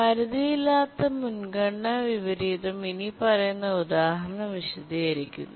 പരിധിയില്ലാത്ത മുൻഗണന വിപരീതം ഇനിപ്പറയുന്ന ഉദാഹരണം വിശദീകരിക്കുന്നു